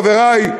חברי,